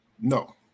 No